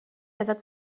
ازت